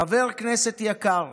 חבר כנסת יקר,